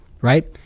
right